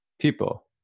people